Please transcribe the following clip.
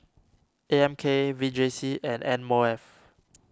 A M K V J C and M O F